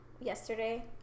yesterday